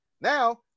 now